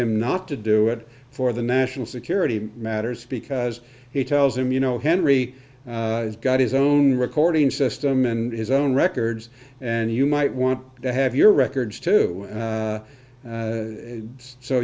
him not to do it for the national security matters because he tells him you know henry has got his own recording system and his own records and you might want to have your records to